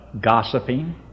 gossiping